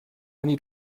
need